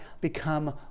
become